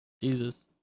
Jesus